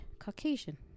Caucasian